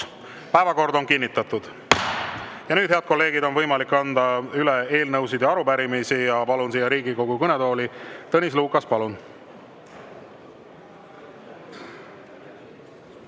Päevakord on kinnitatud. Ja nüüd, head kolleegid, on võimalik anda üle eelnõusid ja arupärimisi. Palun Riigikogu kõnetooli Tõnis Lukase. Palun!